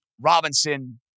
Robinson